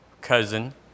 cousin